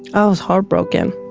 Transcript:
i was heartbroken.